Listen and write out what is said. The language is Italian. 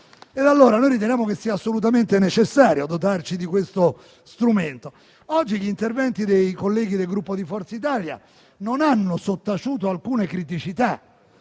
allora che sia assolutamente necessario dotarci di questo strumento. Oggi gli interventi dei colleghi del Gruppo Forza Italia non hanno sottaciuto alcune criticità.